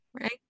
right